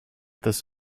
this